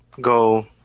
go